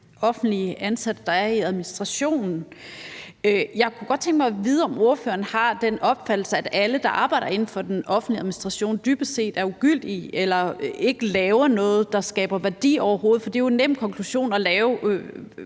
Jeg kunne godt tænke mig at vide, om ordføreren har den opfattelse, at alle, der arbejder inden for den offentlige administration, dybest set er ligegyldige eller ikke laver noget, der overhovedet skaber værdi. For det er jo en nem konklusion at have